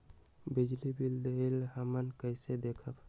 बिजली बिल देल हमन कईसे देखब?